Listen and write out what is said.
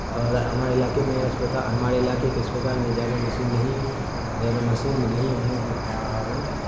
اور ہمارے علاقے میں ہمارے علاقے کے اسپتال میں زیادہ مسین نہیں زیادہ مسین بھی نہیں ہونے کے کارن